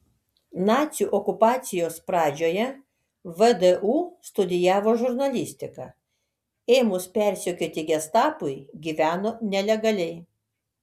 nacių okupacijos pradžioje vdu studijavo žurnalistiką ėmus persekioti gestapui gyveno nelegaliai